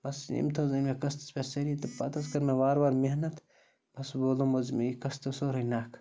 بَس یِم تہٕ حظ أنۍ مےٚ قٕسطَس پٮ۪ٹھ سٲری تہٕ پَتہٕ حظ کٔر مےٚ وارٕ وارٕ محنَت بَس وولُم حظ یہِ مےٚ یہِ قٕسطٕ سورُے نَکھٕ